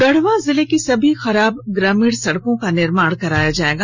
गढ़वा जिले की सभी खराब ग्रामीण सड़कों का निर्माण कराया जायेगा